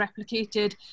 replicated